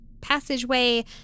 passageway